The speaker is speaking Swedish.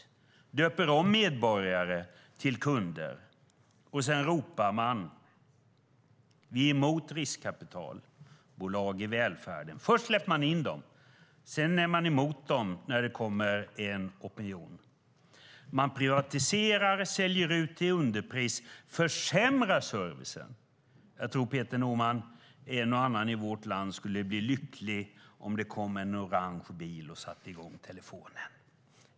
Man döper om medborgare till kunder, och sedan ropar man: Vi är emot riskkapitalbolag i välfärden. Först släpper man in dem. Sedan är man emot dem när det kommer en opinion. Man privatiserar, säljer ut till underpris och försämrar servicen. Jag tror, Peter Norman, att en och annan i vårt land skulle bli lycklig om det kom en orange bil och man fick hjälp att sätta i gång telefonen.